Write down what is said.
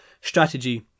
strategy